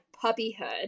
puppyhood